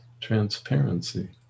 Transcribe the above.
transparency